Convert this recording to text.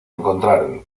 encontraron